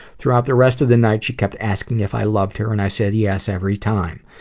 throughout the rest of the night, she kept asking if i loved her, and i said yes every time.